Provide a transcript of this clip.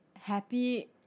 Happy